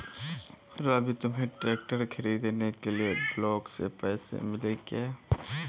रवि तुम्हें ट्रैक्टर खरीदने के लिए ब्लॉक से पैसे मिले क्या?